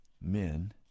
men